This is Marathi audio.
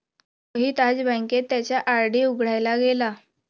मोहित आज बँकेत त्याचा आर.डी उघडायला गेला